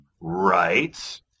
Right